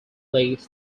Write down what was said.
league